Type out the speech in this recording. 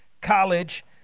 College